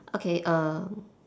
okay err